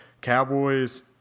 Cowboys